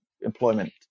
employment